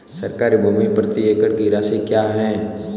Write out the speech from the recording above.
सरकारी भूमि प्रति एकड़ की राशि क्या है?